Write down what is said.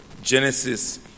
Genesis